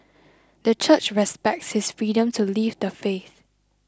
the Church respects his freedom to leave the faith